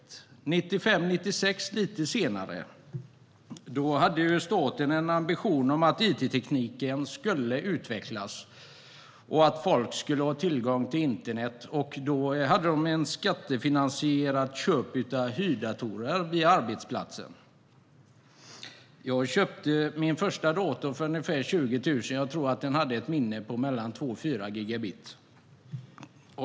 Lite senare, 1995-1996, hade staten en ambition om att it-tekniken skulle utvecklas och att människor skulle ha tillgång till internet. Då hade de ett skattefinansierat köp av hyrdatorer via arbetsplatsen. Jag köpte min första dator för ungefär 20 000 kronor. Jag tror att den hade ett minne på 2-4 gigabyte.